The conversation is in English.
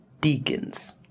deacons